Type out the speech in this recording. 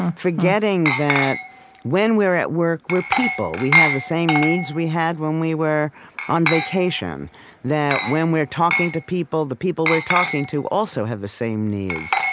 forgetting that when we're at work, we're people. we have the same needs we had when we were on vacation that when we're talking to people, the people we're talking to also have the same needs,